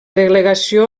delegació